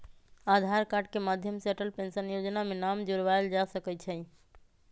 आधार card के माध्यम से अटल पेंशन जोजना में नाम जोरबायल जा सकइ छै